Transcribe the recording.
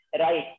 right